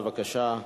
בבקשה.